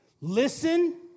Listen